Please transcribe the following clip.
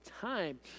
time